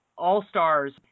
all-stars